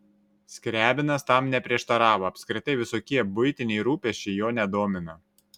skriabinas tam neprieštaravo apskritai visokie buitiniai rūpesčiai jo nedomino